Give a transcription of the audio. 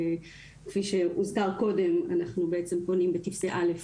כפי שהוזכר קודם אנחנו בעצם פונים בטפסי א'